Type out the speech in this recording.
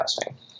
testing